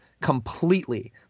completely